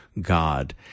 God